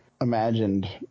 imagined